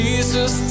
Jesus